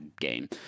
game